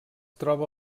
troba